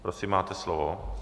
Prosím, máte slovo.